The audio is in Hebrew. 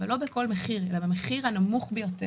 אבל לא בכל מחיר אלא במחיר הנמוך ביותר.